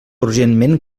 urgentment